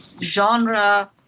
genre